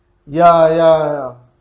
ya yeah